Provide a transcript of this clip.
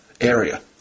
area